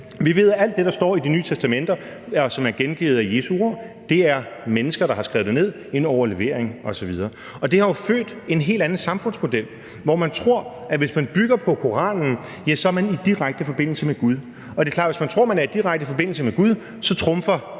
Vi ved, at alt det, der står i Det Nye Testamente, og som er gengivet af Jesu ord, er det mennesker der har skrevet ned, en overlevering osv., men her har det jo født en helt anden samfundsmodel, hvor man tror, at man, hvis man bygger på Koranen, så er i direkte forbindelse med Gud, og det er klart, at man, hvis man tror, at man er i direkte forbindelse med Gud, så trumfer